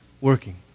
Working